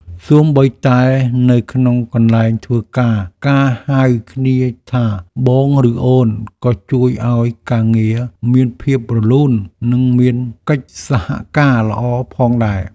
សូម្បីតែនៅក្នុងកន្លែងធ្វើការការហៅគ្នាថាបងឬអូនក៏ជួយឱ្យការងារមានភាពរលូននិងមានកិច្ចសហការល្អផងដែរ។